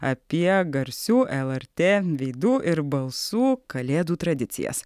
apie garsių lrt veidų ir balsų kalėdų tradicijas